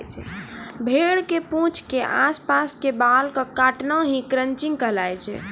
भेड़ के पूंछ के आस पास के बाल कॅ काटना हीं क्रचिंग कहलाय छै